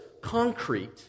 concrete